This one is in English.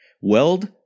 Weld